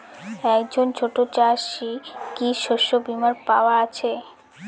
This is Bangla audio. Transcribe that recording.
একজন ছোট চাষি কি শস্যবিমার পাওয়ার আছে?